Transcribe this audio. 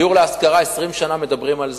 דיור להשכרה, 20 שנה מדברים על זה,